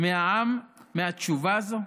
מהעם מהתשובה הזו?